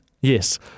Yes